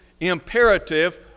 imperative